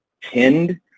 tend